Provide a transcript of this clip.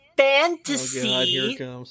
Fantasy